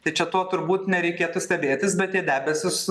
tai čia tuo turbūt nereikėtų stebėtis bet tie debesys